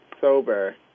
sober